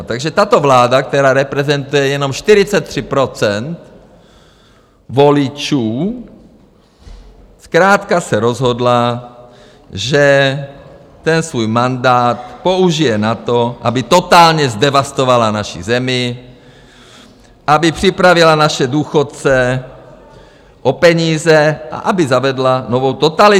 Takže tato vláda, která reprezentuje jenom 43 % voličů, zkrátka se rozhodla, že svůj mandát použije na to, aby totálně zdevastovala naši zemi, aby připravila naše důchodce o peníze a aby zavedla novou totalitu.